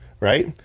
right